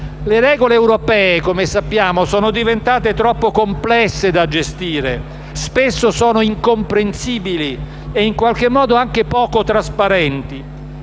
le regole europee sono diventate troppo complesse da gestire e spesso sono incomprensibili e in qualche modo anche poco trasparenti.